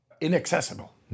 inaccessible